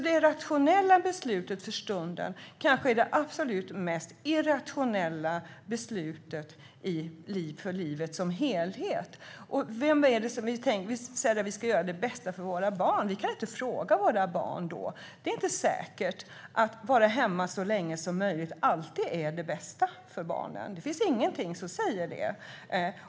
Det rationella beslutet för stunden kanske är det absolut mest irrationella beslutet för livet som helhet. Vi säger att vi ska göra det bästa för våra barn. Vi kan inte fråga våra barn. Det är inte säkert att det alltid är det bästa för barnen att vara hemma så länge som möjligt. Det finns ingenting som säger det.